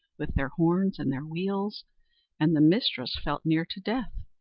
with their horns and their wheels and the mistress felt near to death,